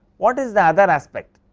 what is the other aspect,